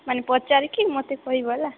ମାନେ ପଚାରିକି ମୋତେ କହିବ ହେଲା